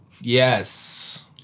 Yes